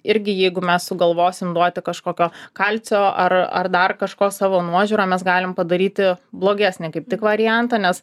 irgi jeigu mes sugalvosim duoti kažkokio kalcio ar ar dar kažko savo nuožiūra mes galim padaryti blogesnį kaip tik variantą nes